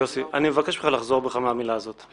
אני אבקש ממך לחזור בך מהמילה הזאת.